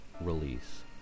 release